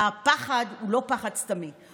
הפחד הוא לא פחד סתמי,